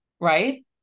right